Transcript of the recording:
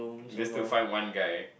least to find one guy